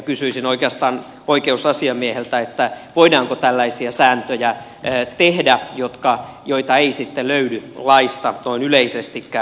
kysyisin oikeastaan oikeusasiamieheltä voidaanko tehdä tällaisia sääntöjä joita ei löydy laista noin yleisestikään